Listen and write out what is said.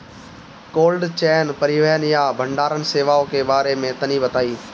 Cold chain परिवहन या भंडारण सेवाओं के बारे में तनी बताई?